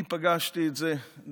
אני פגשתי את זה דרך